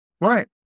right